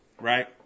Right